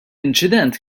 inċident